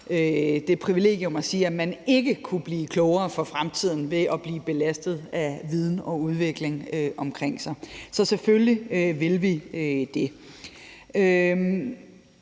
sig det privilegium at sige, at man for fremtiden ikke ville kunne blive klogere af at blive belastet af viden og udvikling omkring sig. Så selvfølgelig vil vi